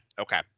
Okay